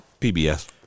PBS